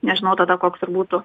nežinau tada koks ir būtų